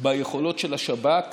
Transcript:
ביכולות של השב"כ